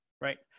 right